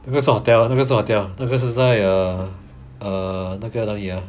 那个是 hotel 那个是 hotel 那个是在 err err 那个哪里 ah